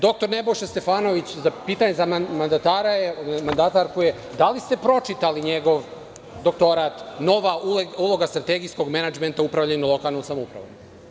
Dr Nebojša Stefanović, pitanje za mandatarku je – da li ste pročitali njegov doktorat „Nova uloga strategijskog menadžmenta u upravljanju lokalnom samoupravom“